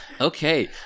Okay